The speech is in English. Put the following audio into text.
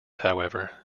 however